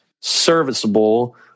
serviceable